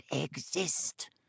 exist